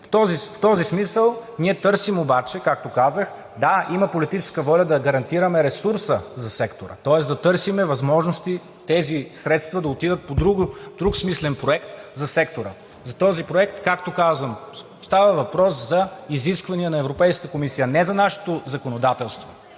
В този смисъл ние търсим обаче, както казах. Да има политическа воля да гарантираме ресурса за сектора, тоест да търсим възможности тези средства да отидат по друг смислен проект за сектора. И този проект, както казвам, става въпрос за изисквания на Европейската комисия, не за нашето законодателство,